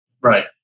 Right